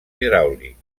hidràulics